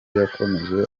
yakomeje